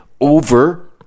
over